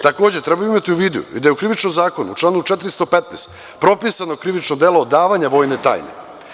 Takođe, treba imati u vidu i da je u Krivičnom zakonu u članu 415. propisano krivično delo odavanja vojne tajne.